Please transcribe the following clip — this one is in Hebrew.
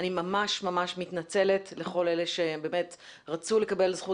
אני ממש מתנצלת בפני כל אלה שרצו לקבל את זכות